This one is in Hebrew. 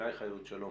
שלום